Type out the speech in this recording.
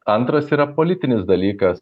antras yra politinis dalykas